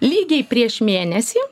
lygiai prieš mėnesį